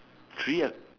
three